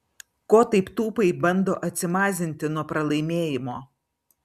ko taip tūpai bando atsimazinti nuo pralaimėjimo